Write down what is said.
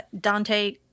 Dante